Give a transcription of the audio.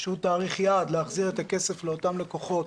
שהוא תאריך יעד להחזיר את הכסף לאותם לקוחות